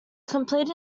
completed